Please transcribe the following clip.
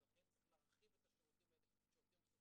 ולכן צריך להרחיב את השירותים הפסיכולוגיים,